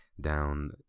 down